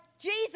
Jesus